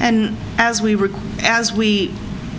and as we recall as we